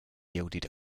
yielded